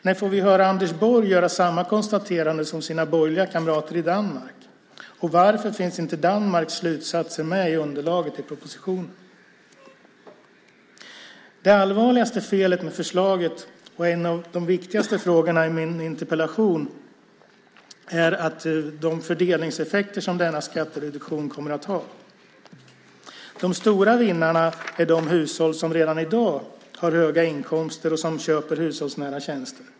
När får vi höra Anders Borg göra samma konstaterande som sina borgerliga kamrater i Danmark? Varför finns inte Danmarks slutsatser med i underlaget till propositionen? Det allvarligaste felet med förslaget och en av de viktigaste frågorna i min interpellation är de fördelningseffekter denna skattereduktion kommer att ha. De stora vinnarna är de hushåll som redan i dag har höga inkomster och som köper hushållsnära tjänster.